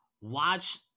watch